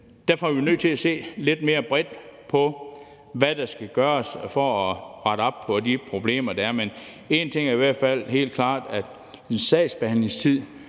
derfor er vi nødt til at se lidt mere bredt på, hvad der skal gøres for at rette op på de problemer, der er. Men en ting er i hvert fald helt klart, nemlig at en sagsbehandlingstid,